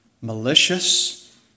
malicious